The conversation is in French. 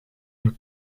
nous